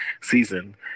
season